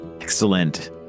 Excellent